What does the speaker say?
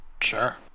Sure